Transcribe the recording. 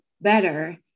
better